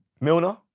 Milner